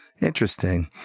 Interesting